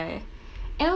and also